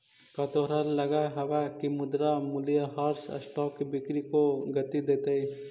का तोहरा लगअ हवअ की मुद्रा मूल्यह्रास स्टॉक की बिक्री को गती देतई